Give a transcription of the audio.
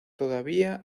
todavía